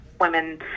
women